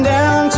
Down